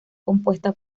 compuesta